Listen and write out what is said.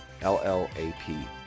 L-L-A-P